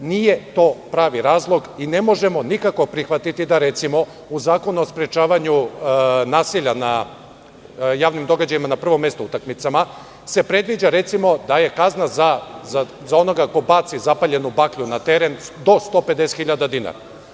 To nije pravi razlog i ne možemo nikako prihvatiti da se u Zakonu o sprečavanju nasilja na javnim događajima, na prvom mestu utakmicama, predviđa kazna za onoga ko baci zapaljenu baklju na teren do 150.000 dinara.